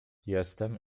jestem